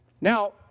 Now